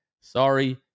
Sorry